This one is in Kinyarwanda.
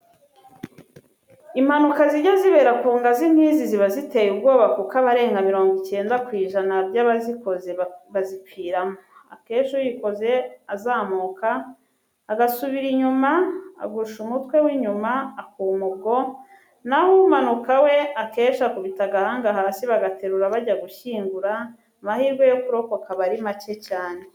Impanuka zijya zibera ku ngazi nk'izi ziba ziteye ubwoba kuko abarenga mirongo icyenda ku ijana by'abazikoze bazipfiramo. Akenshi uyikoze azamuka agasubira inyuma agusha umutwe w'inyuma akuma ubwo, naho umanuka we akenshi akubita agahanga hasi bagaterura bajya gushyingura, amahirwe yo kurokoka aba ari make cyane.